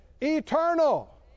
eternal